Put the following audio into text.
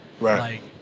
right